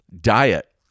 diet